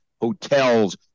hotels